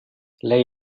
lei